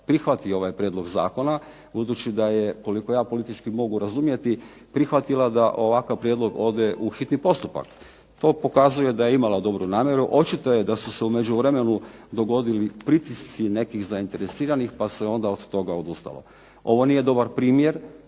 prihvati ovaj prijedlog zakona budući da je, koliko ja politički mogu razumjeti, prihvatila da ovakav prijedlog ode hitni postupak. To pokazuje da je imala dobru namjeru. Očito je da su se u međuvremenu dogodili pritisci nekih zainteresiranih pa se je onda od toga odustalo. Ovo nije dobar primjer